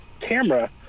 camera